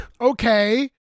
okay